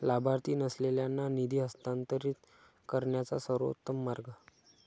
लाभार्थी नसलेल्यांना निधी हस्तांतरित करण्याचा सर्वोत्तम मार्ग